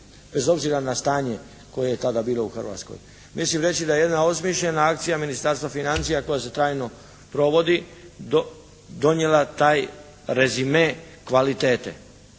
bez obzira na stanje koje je bilo u Hrvatskoj. Mislim reći da jedna osmišljena akcija Ministarstva financija koja se trajno provodi donijela taj rezime kvalitete.